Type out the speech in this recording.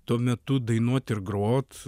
tuo metu dainuot ir grot